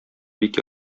бик